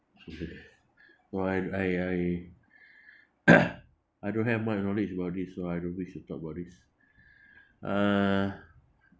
well I I I I don't have much knowledge about this so I don't wish to talk about this uh